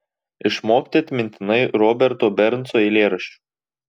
išmokti atmintinai roberto bernso eilėraščių